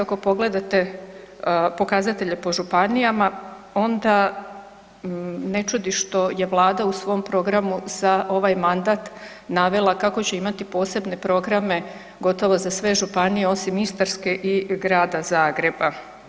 Ako pogledate pokazatelje po županijama onda ne čudi što je vlada u svom programu za ovaj mandat navela kako će imati posebne programe gotovo za sve županije osim Istarske i Grada Zagreba.